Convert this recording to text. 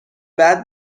بعد